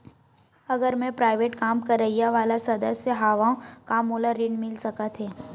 अगर मैं प्राइवेट काम करइया वाला सदस्य हावव का मोला ऋण मिल सकथे?